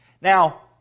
Now